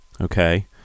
Okay